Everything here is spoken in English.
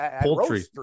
poultry